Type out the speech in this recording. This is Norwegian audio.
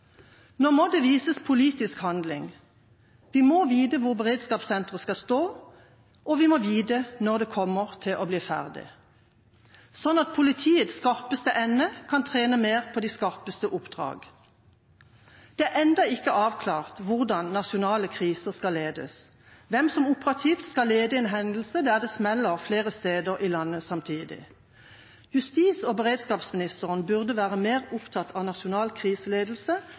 Nå må det vises politisk handling. Vi må vite hvor beredskapssenteret skal stå, og vi må vite når det kommer til å bli ferdig, slik at politiets skarpeste ende kan trene mer på de skarpeste oppdragene. Det er enda ikke avklart hvordan nasjonale kriser skal ledes, hvem som operativt skal lede en hendelse der det smeller flere steder i landet samtidig. Justis- og beredskapsministeren burde være mer opptatt av nasjonal kriseledelse